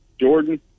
Jordan